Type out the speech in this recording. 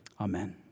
Amen